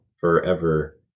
forever